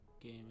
game